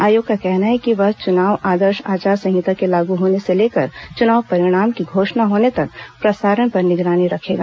आयोग का कहना है कि वह चुनाव आदर्श आचार संहिता के लागू होने से लेकर चुनाव परिणाम की घोषणा होने तक प्रसारण पर निगरानी रखेगा